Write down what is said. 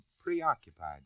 preoccupied